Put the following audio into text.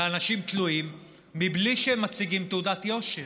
ואנשים תלויים מבלי שהם מציגים תעודת יושר.